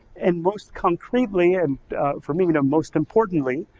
and most concretely, and for me, you know most importantly,